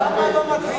והרבה.